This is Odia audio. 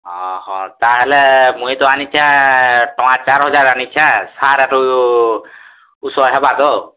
ଅହ ତାହେଲେ ମୁଇଁ ତା ଆନିଛେ ଟଙ୍ଗା ଚାର ହଜାର ଆନିଛେ ସାର ଆରୁ ଉଷୋ ହେବା ତ